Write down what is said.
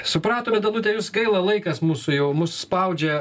supratome danute jūs gaila laikas mūsų jau mus spaudžia